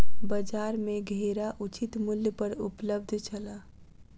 बजार में घेरा उचित मूल्य पर उपलब्ध छल